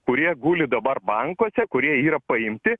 kurie guli dabar bankuose kurie yra paimti